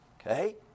Okay